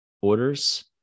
orders